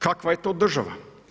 Kakva je to država?